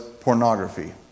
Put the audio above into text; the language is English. pornography